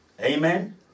Amen